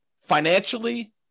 financially